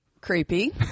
Creepy